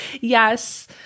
yes